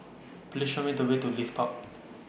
Please Show Me The Way to Leith Park